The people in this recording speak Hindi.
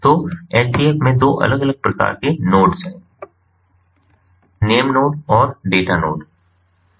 तो HDFs में 2 अलग अलग प्रकार के नोड्स हैं नेम नोड है और डेटा नोड है